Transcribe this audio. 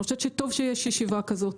אני חושבת שטוב שיש ישיבה כזאת.